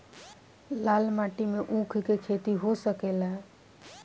लाल माटी मे ऊँख के खेती हो सकेला?